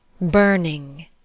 burning